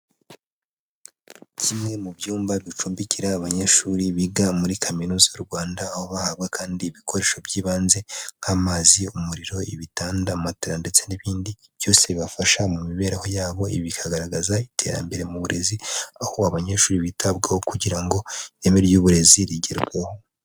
Kimwe mu byumba bicumbikira abanyeshuri biga muri kaminuza y'u Rwanda, aho bahabwa kandi ibikoresho by'ibanze, nk'amazi, umuriro, ibitanda, amatara, ndetse n'ibindi byose bibafasha mu mibereho yabo, ibi bikagaragaza iterambere mu burezi, aho abanyeshuri bitabwaho kugira ngo ireme ry'uburezi rigerweho.